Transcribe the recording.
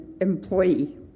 employee